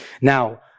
Now